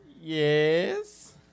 Yes